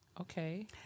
Okay